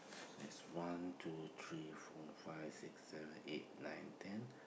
so is one two three four five six seven eight nine ten